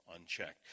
unchecked